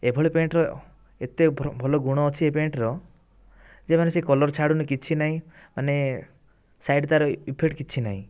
ଏଭଳି ପ୍ୟାଣ୍ଟର ଏତେ ଭଲ ଗୁଣ ଅଛି ଏ ପ୍ୟାଣ୍ଟର ଯେ ମାନେ ସେ କଲର୍ ଛାଡ଼ୁନି କିଛି ନାହିଁ ମାନେ ସାଇଡ଼୍ ତା'ର ଇଫେକ୍ଟ କିଛି ନାହିଁ